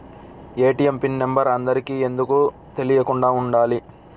ATM pin number అందరికి ఎందుకు తెలియకుండా ఉండాలి?